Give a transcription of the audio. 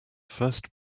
first